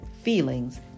Feelings